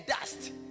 dust